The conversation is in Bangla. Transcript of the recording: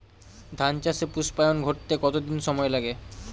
ধান চাষে পুস্পায়ন ঘটতে কতো দিন সময় লাগে?